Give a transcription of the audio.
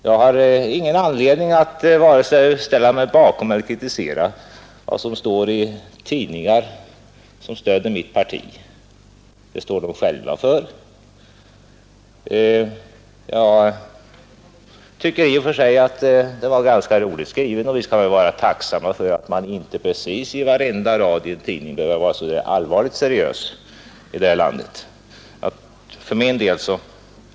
Jag har ingen anledning att vare sig ställa mig bakom eller kritisera vad som skrivs i tidningar som stöder mitt parti — det står de själva för — men jag tycker i och för sig att det här var ganska roligt skrivet. Och vi skall väl vara tacksamma för att man inte på precis varenda rad i en tidning behöver vara så alldeles allvarlig.